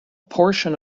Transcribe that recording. portion